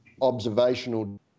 observational